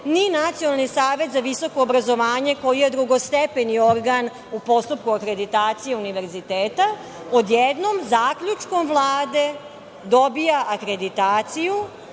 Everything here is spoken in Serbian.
ni Nacionalni savet za visoko obrazovanje koji je drugostepeni organ u postupku akreditacije univerziteta, odjednom zaključkom Vlade dobija akreditaciju